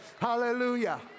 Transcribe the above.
Hallelujah